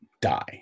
die